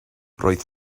roedd